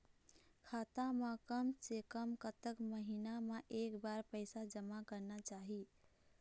खाता मा कम से कम कतक महीना मा एक बार पैसा जमा करना चाही?